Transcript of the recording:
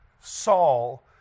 Saul